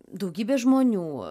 daugybė žmonių